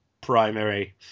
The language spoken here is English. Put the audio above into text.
primary